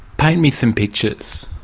paint me some pictures.